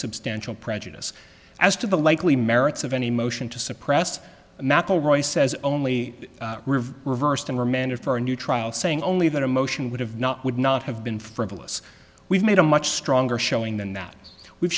substantial prejudice as to the likely merits of any motion to suppress the roy says only reversed and remanded for a new trial saying only that a motion would have not would not have been frivolous we've made a much stronger showing than that we've